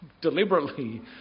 deliberately